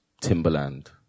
Timberland